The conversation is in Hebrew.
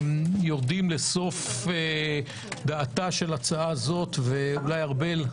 יורדים לסוף דעתה של הצעה זו, וארבל,